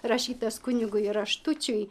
rašytas kunigui raštučiui